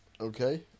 Okay